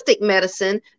medicine